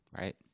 right